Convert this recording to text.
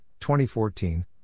2014